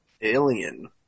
Alien